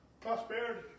prosperity